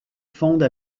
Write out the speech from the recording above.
fonde